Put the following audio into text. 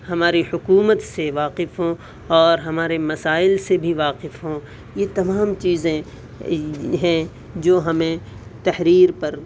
ہماری حکومت سے واقف ہوں اور ہمارے مسائل سے بھی واقف ہوں یہ تمام چیزیں ہیں جو ہمیں تحریر پر